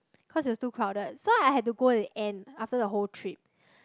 cause it was too crowded so I had to go at the end after the whole trip